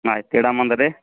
ಆಯ್ತು ಇಡಾಮುಂದರಿ